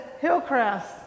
Hillcrest